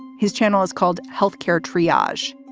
his channel is called health care triage